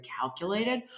calculated